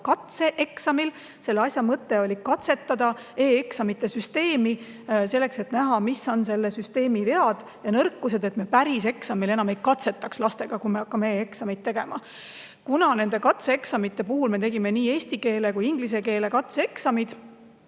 katseeksamil. Selle mõte oli katsetada e-eksamite süsteemi selleks, et näha, mis on süsteemi vead ja nõrkused, et me päris eksamil enam ei katsetaks lastega, kui nad hakkavad e-eksamit tegema. Nende katseeksamite puhul me tegime nii eesti keele kui ka inglise keele eksami.